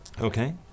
Okay